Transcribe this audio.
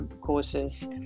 courses